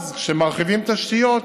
אז כשמרחיבים תשתיות,